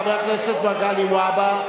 חבר הכנסת מגלי והבה.